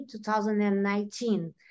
2019